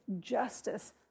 justice